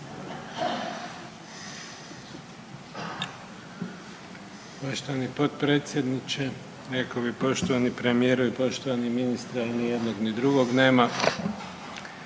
Poštovani potpredsjedniče, reko bi poštovani premijeru i poštovani ministre, al ni jednog ni drugog nema,